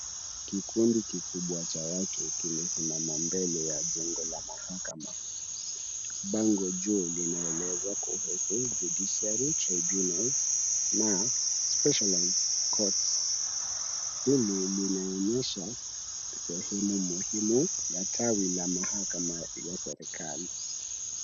Kikundi kikubwa cha watu kimesimama mbele ya jengo la mahakama . Bango juu linaeleza kuhusu Judiciary , Tribunals na Specialised Courts. Hili linaonyesha sehemu muhimu ya tawi la mahakama ya serikali.